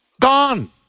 gone